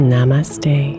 Namaste